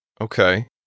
Okay